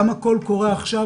גם הקול הקורא עכשיו,